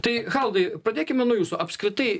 tai haroldai pradėkime nuo jūsų apskritai